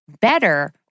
better